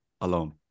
alone